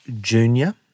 junior